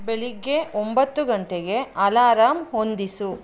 ಬೆಳಿಗ್ಗೆ ಒಂಬತ್ತು ಗಂಟೆಗೆ ಅಲಾರಾಮ್ ಹೊಂದಿಸು